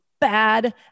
bad